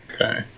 Okay